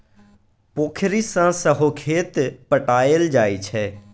पोखरि सँ सहो खेत पटाएल जाइ छै